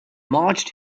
marched